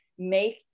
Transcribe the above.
make